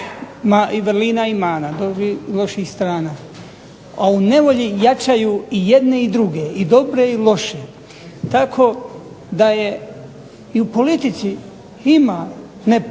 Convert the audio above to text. i vrlina i mana, i loših strana, a u nevolji jačaju i jedne i druge i dobre i loše tako da je i u politici ima nepoželjnih